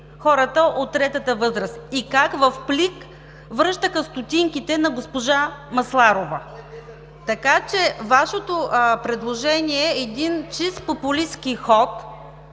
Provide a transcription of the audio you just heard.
хората от третата възраст и как в плик връщаха стотинките на госпожа Масларова. Така че Вашето предложение е един чист популистки ход,